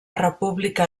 república